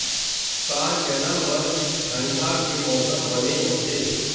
का चना बर ठंडा के मौसम बने होथे?